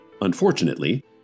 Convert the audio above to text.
Unfortunately